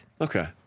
Okay